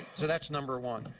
so that's number one.